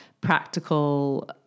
practical